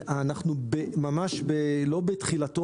אנחנו ממש לא בתחילתו,